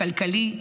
הכלכלי,